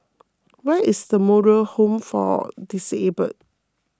where is the Moral Home for Disabled